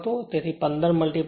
તેથી 15 1